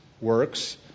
works